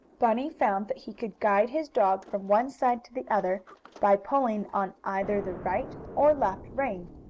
bunny found that he could guide his dog from one side to the other by pulling on either the right or left rein.